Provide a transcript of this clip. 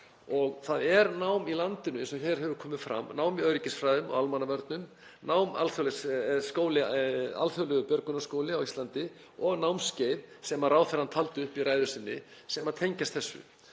Það er til nám í landinu, eins og hér hefur komið fram, í öryggisfræðum og almannavörnum, alþjóðlegur björgunarskóli á Íslandi og námskeið sem ráðherrann taldi upp í ræðu sinni sem tengjast þessu.